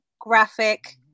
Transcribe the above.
graphic